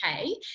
okay